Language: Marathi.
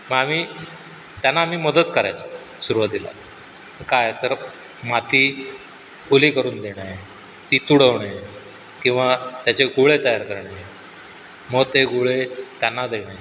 मग आम्ही त्यांना आम्ही मदत करायचो सुरुवातीला काय तर माती ओली करून देणं आहे ती तुडवणे किंवा त्याचे गोळे तयार करणे मग ते गोळे त्यांना देणे